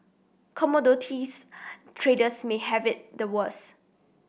commodities traders may have it the worst